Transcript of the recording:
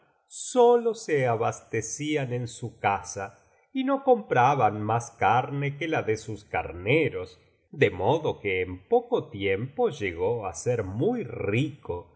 sólo se abastecían en su casa y no con praban más carne que la de sus carneros de modo que en poco tiempo llegó á ser muy rico y